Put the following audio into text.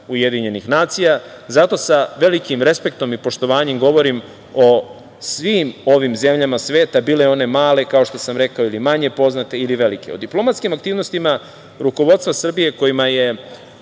broj članica UN. Zato sa velikim respektom i poštovanjem govorim o svim ovim zemljama sveta, bile one male, kao što sam rekao, ili manje poznate ili velike.O diplomatskim aktivnostima rukovodstva Srbije kojima je